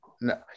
No